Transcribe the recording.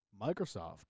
Microsoft